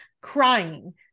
crying